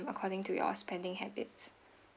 according to your spending habits